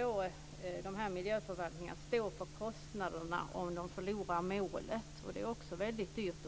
rätt där. Miljöförvaltningarna får stå för kostnaderna om de förlorar målet, vilket blir dyrt.